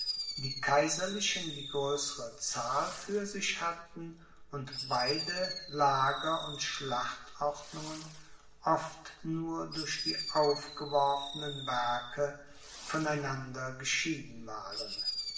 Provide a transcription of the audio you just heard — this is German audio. die kaiserlichen die größere zahl für sich hatten und beide lager und schlachtordnungen oft nur durch die aufgeworfnen werke von einander geschieden waren